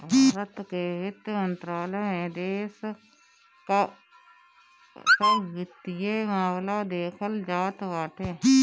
भारत के वित्त मंत्रालय में देश कअ सब वित्तीय मामला देखल जात बाटे